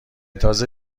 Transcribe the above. تازه